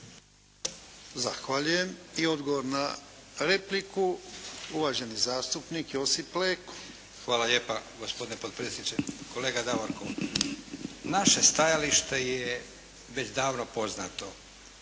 Zahvaljujem. I odgovor na repliku uvaženi zastupnik Josip Leko. **Leko, Josip (SDP)** Hvala lijepa gospodine potpredsjedniče. Kolega Davorko, naše stajalište je već davno poznato,